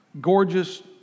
Gorgeous